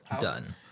done